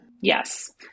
Yes